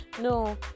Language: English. no